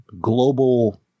global